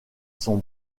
sont